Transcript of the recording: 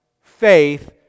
faith